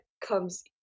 comes